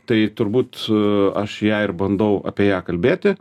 tai turbūt aš ją ir bandau apie ją kalbėti